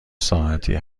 ساعتی